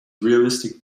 realistic